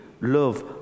love